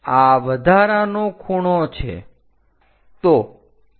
આ વધારાનો ખૂણો છે